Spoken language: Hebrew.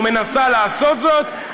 או מנסה לעשות זאת,